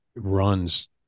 runs